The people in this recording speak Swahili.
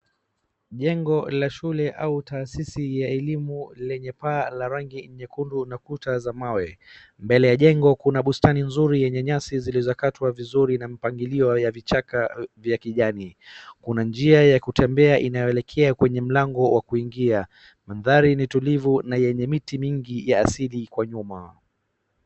Jengo la shule au taasisi ya elimu lenye paa la rangi nyekundu na kuta za mawe. Mbele ya jengo kuna bustani nzuri yenye nyasi zilizokatwa vizuri na mpangilio wa vichaka vya kijani. Kuna njia ya kutembea inayoelekea kwenye mlango wa kuingia. Mandhari ni tulivu na yenye miti mingi ya asili kwa nyuma.